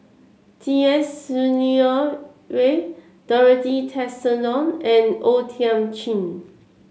T S Sinnathuray Dorothy Tessensohn and O Thiam Chin